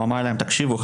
הוא אמר להם: תקשיבו,